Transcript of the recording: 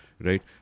right